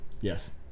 yes